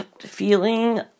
feeling